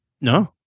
No